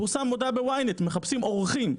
פורסמה מודעה ב-YNET שמחפשים עורכים'.